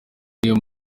ariyo